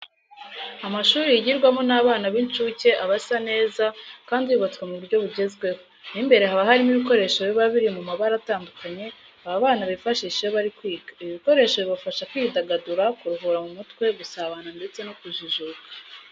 Amashuri yigirwamo n'abana b'incuke aba asa neza kandi yubatswe mu buryo bugezweho. Mo imbere haba harimo ibikoresho biba biri mu mabara atandukanye aba bana bifashisha iyo bari kwiga. Ibi bikoresho bibafasha kwidagadura, kuruhura mu mutwe, gusabana ndetse no kujijuka.